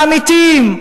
האמיתיים,